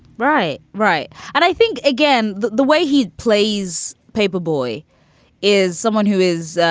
right right. and i think, again, the the way he plays paper boy is someone who is